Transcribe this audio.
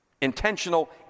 intentional